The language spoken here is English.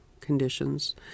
conditions